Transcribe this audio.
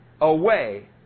away